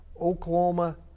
Oklahoma